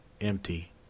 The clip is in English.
empty